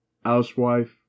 housewife